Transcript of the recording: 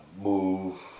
move